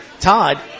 Todd